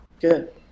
Good